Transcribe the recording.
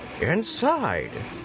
Inside